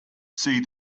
see